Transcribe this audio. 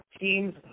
teams